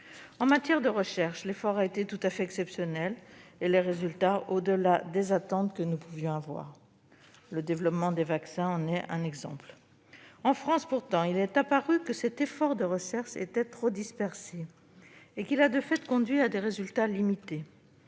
En matière de recherche, l'effort a été tout à fait exceptionnel et les résultats ont été au-delà des attentes que nous pouvions avoir. Le développement des vaccins en est un exemple. En France, pourtant, cet effort de recherche a paru trop dispersé et, de fait, il a conduit à des résultats limités.